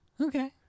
Okay